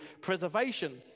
preservation